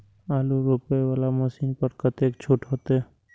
आलू रोपे वाला मशीन पर कतेक छूट होते?